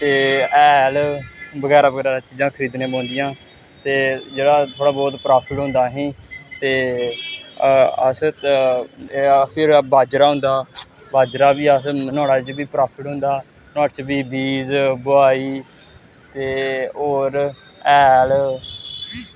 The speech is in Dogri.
ते हैल बगैरा बगैरा चीजां खरीदना पौंदियां ते जेह्ड़ा थोह्ड़ा बौह्त प्राफिट होंदा असेंगी ते अस फिर बाजरा होंदा बाजरा बी अस नोआड़े च बी प्राफिट होंदा नोआड़े च बी बीज बोआही ते होर हैल